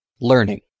Learning